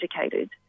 educated